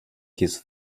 his